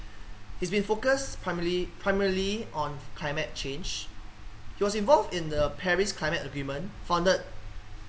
he's been focused primarily primarily on climate change he was involved in the paris climate agreement funded